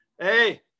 Hey